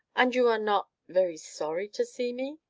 and you are not very sorry to see me?